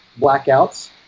blackouts